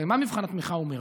הרי מה מבחן התמיכה אומר?